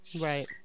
Right